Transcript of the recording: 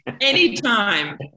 Anytime